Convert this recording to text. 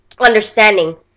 understanding